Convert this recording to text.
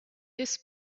this